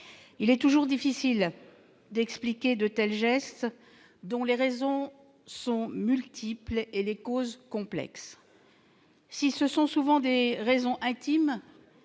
il est toujours difficile d'expliquer de tels gestes dont les raisons sont multiples, dont les causes sont complexes. Si ce sont souvent des raisons intimes,